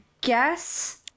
guess